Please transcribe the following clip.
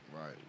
Right